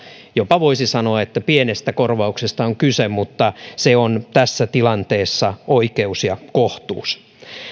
jopa voisi sanoa pienestä korvauksesta on kyse mutta se on tässä tilanteessa oikeus ja kohtuus